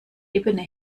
ebene